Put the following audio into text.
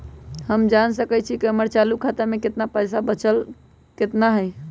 हम जान सकई छी कि हमर चालू खाता में पइसा बचल कितना हई